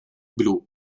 blu